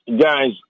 guys